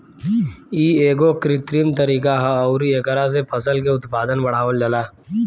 इ एगो कृत्रिम तरीका ह अउरी एकरा से फसल के उत्पादन बढ़ावल जाला